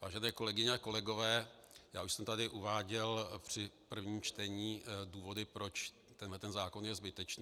Vážené kolegyně a kolegové, já už jsem tady uváděl při prvním čtení důvody, proč tenhle zákon je zbytečný.